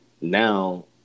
now